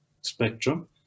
spectrum